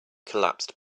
collapsed